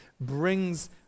brings